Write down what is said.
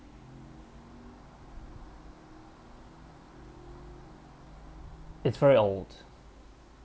it's very old